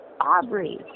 Aubrey